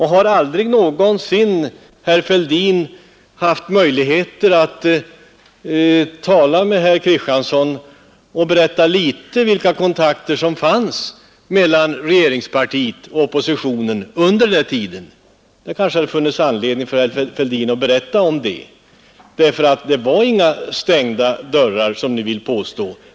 Har aldrig någonsin herr Fälldin haft möjligheter att tala med herr Kristiansson och berätta litet om vilka kontakter som fanns mellan regeringspartiet och oppositionen under den tiden? Det hade kanske funnits anledning för herr Fälldin att berätta om det. Det var inga stängda dörrar som ni vill påstå.